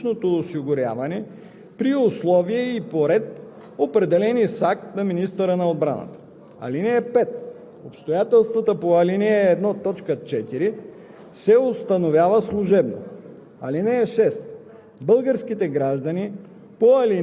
Психологичната пригодност по ал. 1, т. 3 се определя от специализирани звена и органи по психологичното осигуряване при условия и по ред, определени с акт на министъра на отбраната. (5)